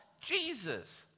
Jesus